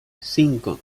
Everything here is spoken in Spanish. cinco